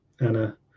anna